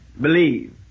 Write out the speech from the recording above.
believe